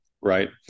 Right